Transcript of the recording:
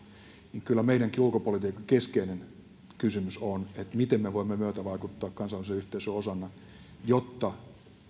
niin kyllä meidänkin ulkopolitiikan keskeinen kysymys on miten me voimme myötävaikuttaa kansainvälisen yhteisön osana jotta